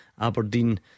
Aberdeen